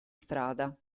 strada